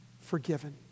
forgiven